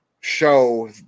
show